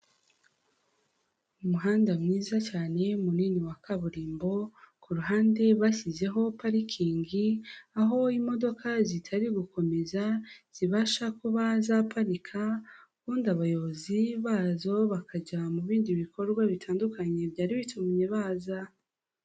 Umuhanda mwiza cyane munini wa kaburimbo, ku ruhande bashyizeho parikingi aho imodoka zitari gukomeza zibasha kuba zaparika ubundi abayobozi bazo bakajya mu bindi bikorwa bitandukanye byari bitumye baza.